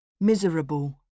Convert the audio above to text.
Miserable